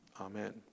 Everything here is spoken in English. Amen